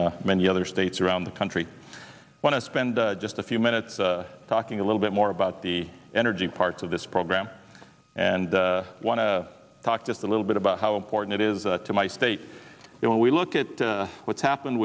in many other states around the country i want to spend just a few minutes talking a little bit more about the energy part of this program and want to talk just a little bit about how important it is to my state that when we look at what's happened